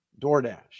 DoorDash